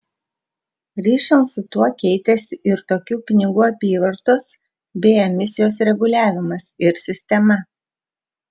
ryšium su tuo keitėsi ir tokių pinigų apyvartos bei emisijos reguliavimas ir sistema